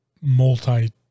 multi-